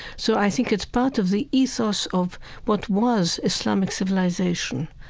so i think it's part of the ethos of what was islamic civilization,